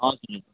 हजुर